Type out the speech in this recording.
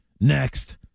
Next